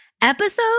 episode